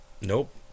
nope